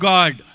God